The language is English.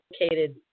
located